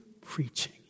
preaching